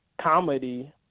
comedy